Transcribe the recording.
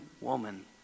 woman